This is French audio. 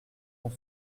ton